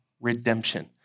redemption